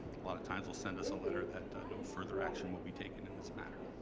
a lot of times will send us a letter that no further action will be taken in this matter.